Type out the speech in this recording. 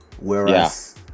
whereas